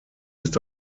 ist